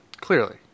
clearly